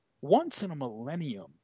once-in-a-millennium